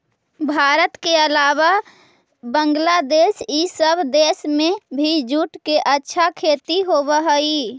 भारत के अलावा बंग्लादेश इ सब देश में भी जूट के अच्छा खेती होवऽ हई